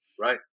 right